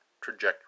trajectory